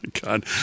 god